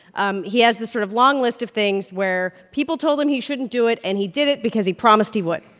um he has this sort of long list of things where people told him he shouldn't do it. and he did it because he promised he would.